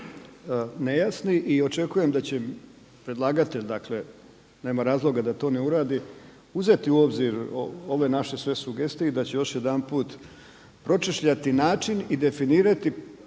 nejasni i očekujem da će predlagatelj, dakle nema razloga da to ne uradi, uzeti u obzir ove naše sve sugestije i da će još jedanput pročešljati način i definirati